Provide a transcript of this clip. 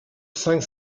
cinq